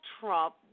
Trump